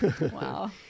Wow